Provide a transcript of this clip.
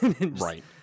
right